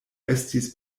estis